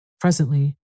Presently